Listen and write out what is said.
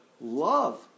love